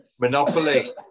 Monopoly